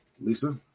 Lisa